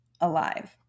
alive